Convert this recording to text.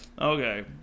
Okay